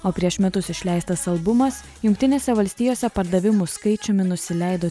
o prieš metus išleistas albumas jungtinėse valstijose pardavimų skaičiumi nusileido